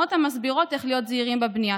סדנאות שמסבירות איך להיות זהירים בבנייה,